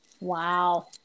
Wow